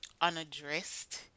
unaddressed